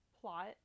plot